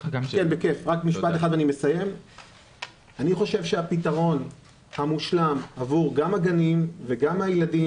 אני חושב שהפתרון המושלם גם עבור הגנים וגם עבור הילדים